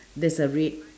there's a red